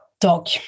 Dog